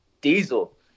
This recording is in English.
diesel